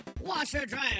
washer-dryer